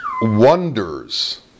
Wonders